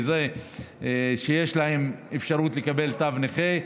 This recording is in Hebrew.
יש להם אפשרות לקבל תג נכה,